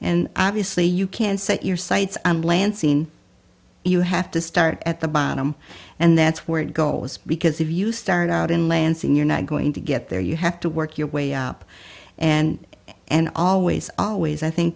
and obviously you can set your sights on lansing you have to start at the bottom and that's where it goes because if you start out in lansing you're not going to get there you have to work your way up and and always always i think